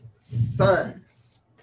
sons